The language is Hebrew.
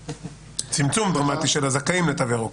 צמצום דרמטי של הזכאים לתו הירוק.